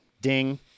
ding